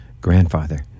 grandfather